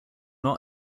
not